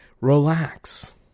Relax